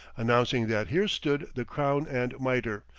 announcing that here stood the crown and mitre,